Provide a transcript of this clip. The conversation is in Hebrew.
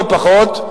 לא פחות,